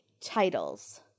titles